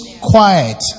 quiet